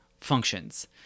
functions